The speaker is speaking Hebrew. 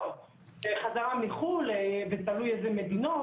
נכון שלושה ימים זה לחזרה מחו"ל וזה גם תלוי איזה מדינות,